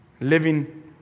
Living